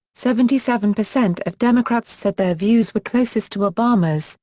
seventy seven percent of democrats said their views were closest to obama's,